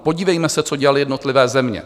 Podívejme se, co dělaly jednotlivé země.